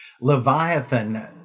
Leviathan